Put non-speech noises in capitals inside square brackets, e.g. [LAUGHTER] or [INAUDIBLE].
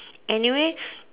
anyway [BREATH]